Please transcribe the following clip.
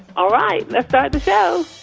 all right, let's start the show